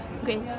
great